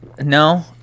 No